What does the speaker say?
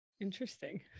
Interesting